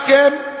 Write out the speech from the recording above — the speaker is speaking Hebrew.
רק הם?